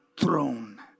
throne